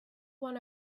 one